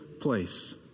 place